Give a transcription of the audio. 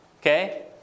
okay